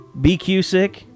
BQsick